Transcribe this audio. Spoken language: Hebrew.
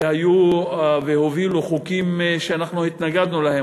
שהיו והובילו חוקים שאנחנו התנגדנו להם,